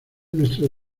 nuestro